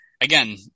again